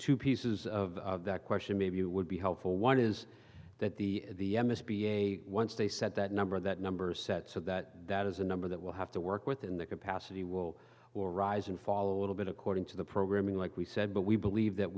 two pieces of that question maybe you would be helpful one is that the the m s b a once they said that number that number set so that that is a number that will have to work within the capacity will or rise and fall a little bit according to the programming like we said but we believe that